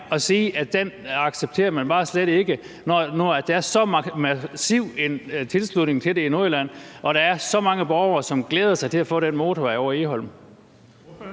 og sige, at den accepterer man bare slet ikke, når nu der er så massiv en tilslutning til det i Nordjylland og der er så mange borgere, som glæder sig til at få den motorvej over Egholm?